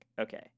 Okay